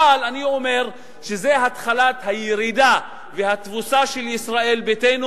אבל אני אומר שזה התחלת הירידה והתבוסה של ישראל ביתנו.